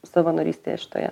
savanorystėje šitoje